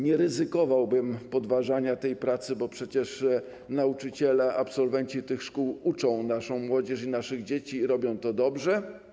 Nie ryzykowałbym podważania ich pracy, bo przecież nauczyciele, absolwenci tych szkół, uczą naszą młodzież, nasze dzieci i robią to dobrze.